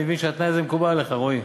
אני מבין שאתה, זה מקובל עליך, רועי.